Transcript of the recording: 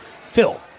Phil